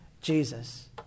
Jesus